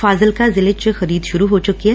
ਫਾਜ਼ਿਲਕਾ ਜ਼ਿਲੇ ਚ ਖਰੀਦ ਸੁਰੁ ਹੋ ਚੁੱਕੀ ਐ